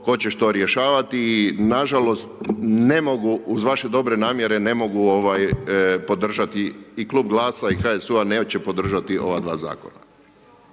tko će što rješavati. I na žalost ne mogu uz vaše dobre namjere ne mogu podržati i Klub Glasa i HSU-a neće podržati ova dva zakona.